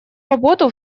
работу